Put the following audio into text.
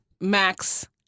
Max